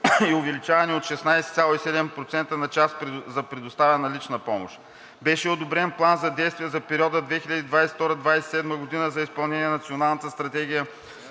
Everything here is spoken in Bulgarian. и увеличение от 16,7% на час предоставена лична помощ. Беше одобрен План за действие за периода 2022 – 2027 г. за изпълнение на Националната стратегия